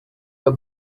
are